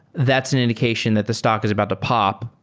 that's an indication that the stock is about to pop,